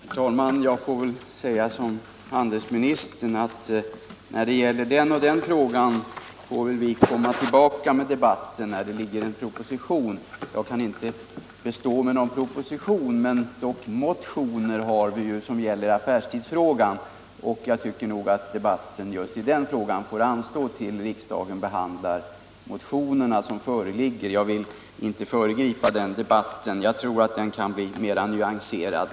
Herr talman! Jag får väl säga som handelsministern att när det gäller den och den frågan får vi komma tillbaka och ta en debatt när det föreligger en proposition. Någon proposition kan jag inte bestå riksdagen, men motioner har vi som gäller affärstidsfrågan, och jag tycker att debatten just i den frågan får anstå tills riksdagen behandlar de motioner som föreligger. Jag vill inte föregripa den debatten, som jag tror kan bli mer nyanserad.